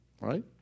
right